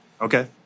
Okay